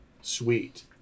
Sweet